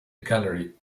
gallery